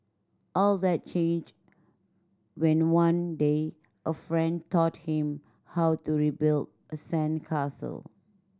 all that changed when one day a friend taught him how to rebuild a sandcastle